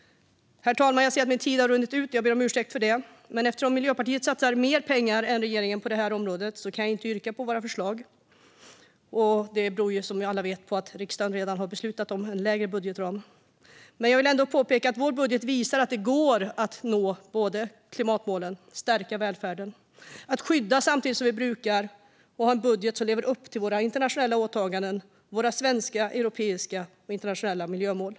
Herr talman! Jag ser att min talartid har runnit ut; jag ber om ursäkt för det. Eftersom vi i Miljöpartiet satsar mer pengar än regeringen på detta område kan jag inte yrka bifall till våra förslag. Detta beror, som alla vet, på att riksdagen redan har beslutat om en snävare budgetram. Jag vill ändå påpeka att Miljöpartiets budget visar att det går att både nå klimatmålen och stärka välfärden, att skydda samtidigt som vi brukar och att ha en budget som lever upp till Sveriges internationella åtaganden och till de svenska, europeiska och internationella miljömålen.